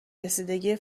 رسیدگی